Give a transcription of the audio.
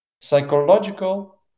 psychological